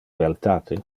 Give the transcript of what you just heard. beltate